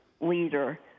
leader